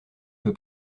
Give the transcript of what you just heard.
peut